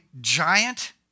giant